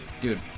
dude